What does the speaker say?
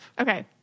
Okay